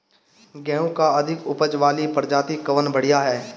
गेहूँ क अधिक ऊपज वाली प्रजाति कवन बढ़ियां ह?